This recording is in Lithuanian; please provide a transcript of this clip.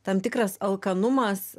tam tikras alkanumas